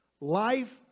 Life